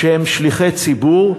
שהם שליחי ציבור,